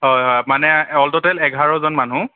হয় হয় মানে অল ট'টেল এঘাৰজন মানুহ